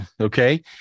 Okay